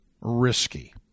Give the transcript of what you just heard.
risky